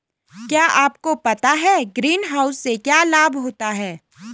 क्या आपको पता है ग्रीनहाउस से क्या लाभ होता है?